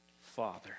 Father